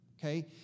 Okay